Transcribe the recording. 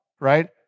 right